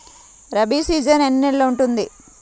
Rabi season ఎన్ని నెలలు ఉంటుంది?